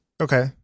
Okay